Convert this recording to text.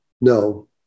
No